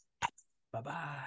Bye-bye